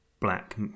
Black